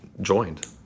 joined